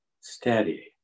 steady